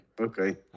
Okay